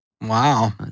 Wow